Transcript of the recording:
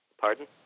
pardon